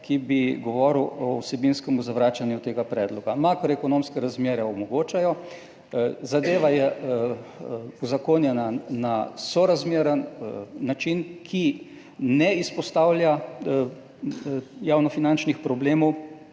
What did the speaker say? ki bi govoril o vsebinskem zavračanju tega predloga. Makroekonomske razmere omogočajo, zadeva je uzakonjena na sorazmeren način, ki ne izpostavlja javnofinančnih problemov,